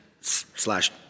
slash